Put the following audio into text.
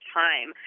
time